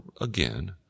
again